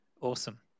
awesome